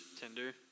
Tinder